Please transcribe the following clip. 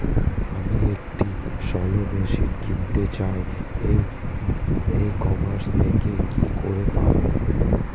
আমি একটি shallow machine কিনতে চাই ই কমার্স থেকে কি করে পাবো?